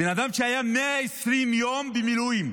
בן אדם שהיה 120 יום במילואים,